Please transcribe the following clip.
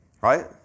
Right